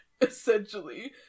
essentially